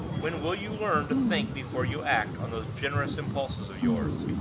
when will you learn to think before you act on those generous impulses of yours?